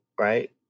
right